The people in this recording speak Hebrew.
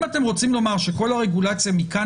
אם אתם רוצים לומר שכל הרגולציה מכאן